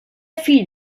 fill